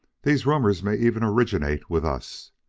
these rumors may even originate with us.